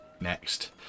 next